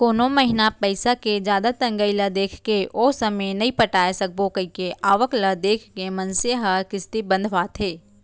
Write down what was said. कोनो महिना पइसा के जादा तंगई ल देखके ओ समे नइ पटाय सकबो कइके आवक ल देख के मनसे ह किस्ती बंधवाथे